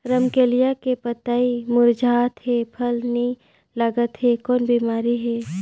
रमकलिया के पतई मुरझात हे फल नी लागत हे कौन बिमारी हे?